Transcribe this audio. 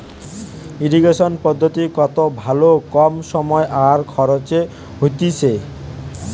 irrigation পদ্ধতি কত ভালো কম সময় আর খরচে হতিছে